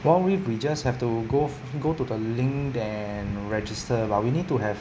wild rift we just have to go f~ go to the link and register but we need to have